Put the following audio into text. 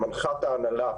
שמנחה את ההנהלה.